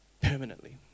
Permanently